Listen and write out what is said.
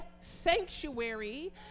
sanctuary